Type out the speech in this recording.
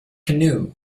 canoe